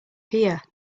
here